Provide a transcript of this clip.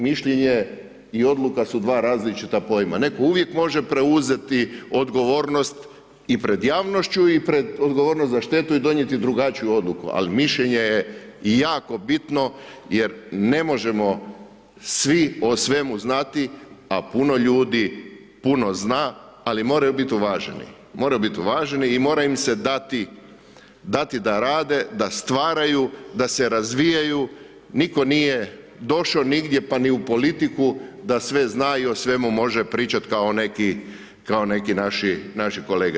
Mišljenje i odluka su dva različita pojma, netko uvijek može preuzeti odgovornost i pred javnošću i odgovornost za štetu i donijeti drugačiju odluku ali mišljenje je jako bitno jer ne možemo svi o svemu znati a puno ljudi puno znali ali moraju biti uvaženi i mora im se dati da rade, da stvaraju, da se razvijaju, nitko nije došao nigdje pa ni u politiku da sve zna i o svemu može pričat kao neki naši kolege.